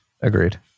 Agreed